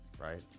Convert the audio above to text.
right